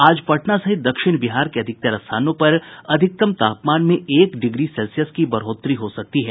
आज पटना सहित दक्षिण बिहार के अधिकतर स्थानों पर अधिकतम तापमान में एक डिग्री सेल्सियस की बढ़ोतरी हो सकती है